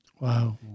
Wow